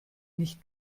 nicht